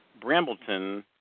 Brambleton